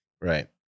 Right